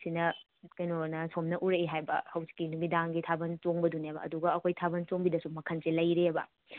ꯁꯤꯅ ꯀꯩꯅꯣꯑꯅ ꯁꯣꯝꯅ ꯎꯔꯛꯑꯦ ꯍꯥꯏꯕ ꯍꯧꯖꯤꯛꯀꯤ ꯅꯨꯃꯤꯗꯥꯡꯒꯤ ꯊꯥꯕꯜ ꯆꯣꯡꯕꯗꯨꯅꯦꯕ ꯑꯗꯨꯒ ꯑꯩꯈꯣꯏ ꯊꯥꯕꯜ ꯆꯣꯡꯕꯤꯗꯁꯨ ꯃꯈꯥꯜꯁꯤ ꯂꯩꯔꯤꯑꯕ